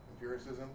empiricism